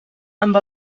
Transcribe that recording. amb